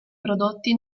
prodotti